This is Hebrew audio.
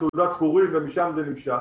ומשם זה נמשך,